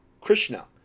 Krishna